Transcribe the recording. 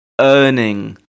earning